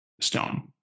stone